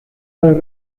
las